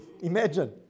Imagine